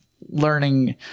learning